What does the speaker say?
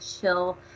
chill